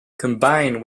combine